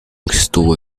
estuvo